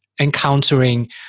encountering